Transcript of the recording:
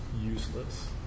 useless